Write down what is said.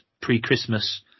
pre-Christmas